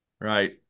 right